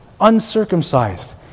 uncircumcised